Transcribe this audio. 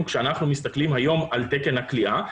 כשאנחנו מסתכלים היום על תקן הכליאה.